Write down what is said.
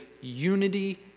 unity